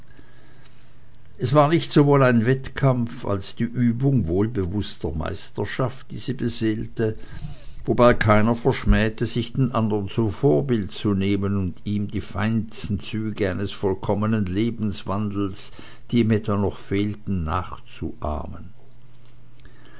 es war nicht sowohl ein wettkampf als die übung wohlbewußter meisterschaft die sie beseelte wobei keiner verschmähte sich den andern zum vorbild zu nehmen und ihm die feinsten züge eines vollkommenen lebenswandels die ihm etwa noch fehlten nachzuahmen